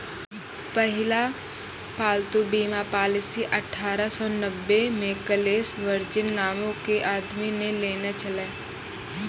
पहिला पालतू बीमा पॉलिसी अठारह सौ नब्बे मे कलेस वर्जिन नामो के आदमी ने लेने छलै